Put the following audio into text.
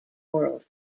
world